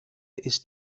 ist